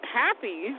happy